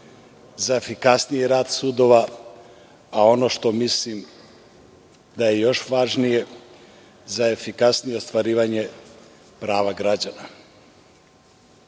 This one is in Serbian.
za efikasniji rad sudova, a ono što mislim da je još važnije, za efikasnije ostvarivanje prava